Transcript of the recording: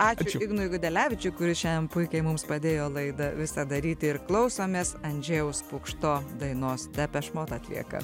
ačiū ignui gudelevičiui kuris šiandien puikiai mums padėjo laidą visą daryt ir klausomės andžejaus pukšto dainos depeche mode atlieka